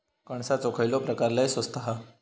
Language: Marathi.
कणसाचो खयलो प्रकार लय स्वस्त हा?